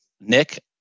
Nick